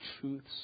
truths